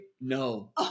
No